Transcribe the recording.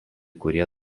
kurie